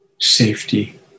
safety